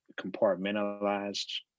compartmentalized